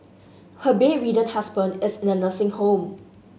her bedridden husband is in a nursing home